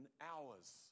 hours